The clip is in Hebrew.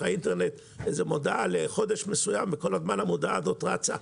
האינטרנט מודעה לחודש מסוים וכל הזמן המודעה הזאת רצה.